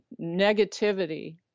negativity